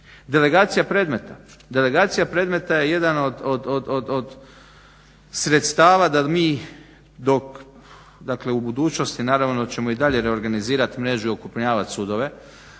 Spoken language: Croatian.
Delegacija predmeta je jedan od sredstava da mi dok, dakle u budućnost naravno da ćemo i dalje reorganizirat mreže, okrupnjavat sudove.